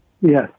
Yes